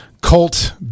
Colt